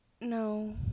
No